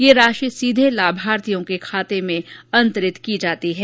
यह राशि सीधे लाभार्थियों के खाते में अंतरित की जाती हैं